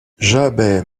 jamais